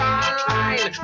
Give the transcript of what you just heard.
online